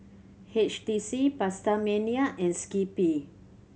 H T C PastaMania and Skippy